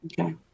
Okay